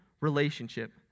relationship